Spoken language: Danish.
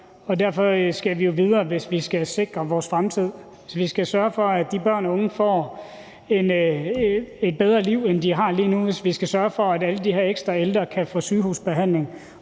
derfor skal vi jo videre, hvis vi skal sikre vores fremtid. Så vi skal sørge for, at de børn og unge får et bedre liv, end de har lige nu, hvis vi skal sørge for, at alle de her ekstra ældre kan få sygehusbehandling.